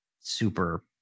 super